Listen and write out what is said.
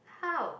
how